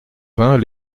vingt